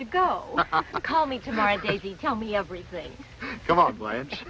to go call me tomorrow daisy tell me everything come on blanche